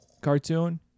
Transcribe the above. cartoon